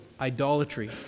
idolatry